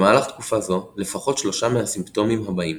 במהלך תקופה זו לפחות שלושה מהסימפטומים הבאים